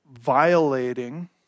violating